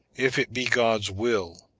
if it be god's will,